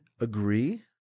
agree